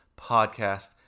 podcast